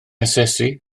asesu